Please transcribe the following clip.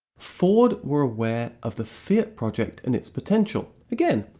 ford were aware of the fiat project and its potential again,